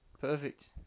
Perfect